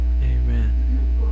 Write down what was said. Amen